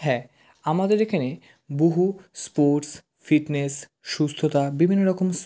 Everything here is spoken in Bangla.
হ্যাঁ আমাদের এখানে বহু স্পোর্টস ফিটনেস সুস্থতা বিভিন্ন রকম